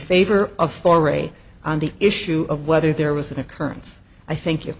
favor of farai on the issue of whether there was an occurrence i think you